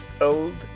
Old